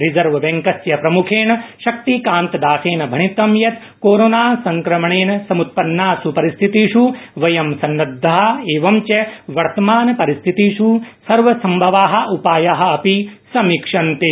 रिजर्वबैंकस्य प्रमखेण भणितं यत कोरोना संक्रमणेन समत्पन्नास परिस्थितिष वयं सन्नदधा एवञ्च वर्तमानपरिस्थितिष् सर्वसम्भवा उपाया अपि समीक्ष्यन्ते